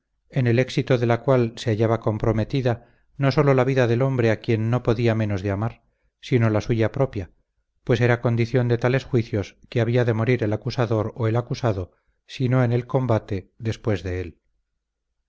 en el éxito de la cual se hallaba comprometida no sólo la vida del hombre a quien no podía menos de amar sino la suya propia pues era condición de tales juicios que había de morir el acusador o el acusado si no en el combate después de él